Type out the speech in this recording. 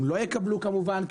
הם לא יקבלו כמובן,